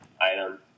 item